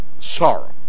sorrow